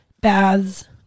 baths